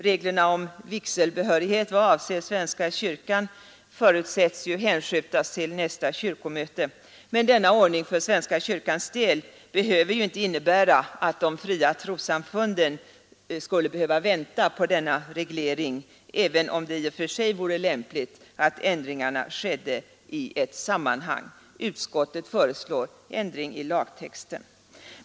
Reglerna om vigselbehörighet vad avser svenska kyrkan förutsättes hänskjutas till nästa kyrkomöte, men denna ordning för svenska kyrkans del behöver ju inte innebära att de fria trossamfunden skulle behöva vänta på denna reglering, även om det i och för sig vore lämpligt att ändringarna skedde i ett sammanhang. Utskottet föreslår ändring i lagtexten.